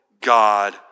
God